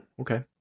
Okay